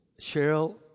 Cheryl